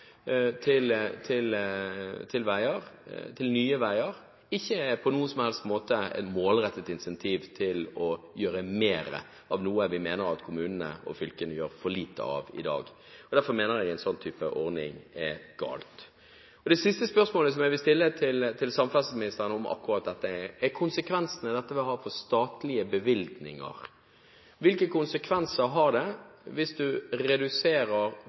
penger til nye veier, ikke på noen som helst måte er et målrettet incentiv til å gjøre mer av noe vi mener at kommunene og fylkene gjør for lite av i dag. Derfor mener jeg det er galt med en slik type ordning. Det siste spørsmålet som jeg vil stille til samferdselsministeren om akkurat dette, går på konsekvensene dette vil ha for statlige bevilgninger. Hvilke konsekvenser har det hvis du reduserer